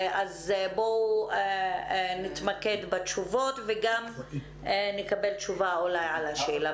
בואו נתמקד בתשובות וגם נקבל תשובה על השאלה.